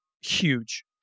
huge